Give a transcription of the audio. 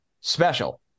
special